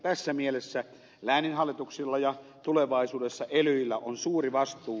tässä mielessä lääninhallituksilla ja tulevaisuudessa elyillä on suuri vastuu